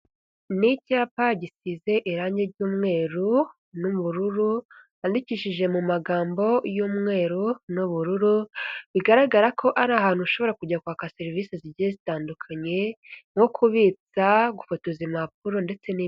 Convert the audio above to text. Ni icyapa gisize irangi ry'umweru n'ubururu, cyandikishije mu magambo y'umweru n'ubururu, bigaragara ko ari ahantu ushobora kujya kwaka serivisi zigiye zitandukanye, nko kubitsa, gufotoza impapuro ndetse n'ibindi.